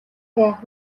яах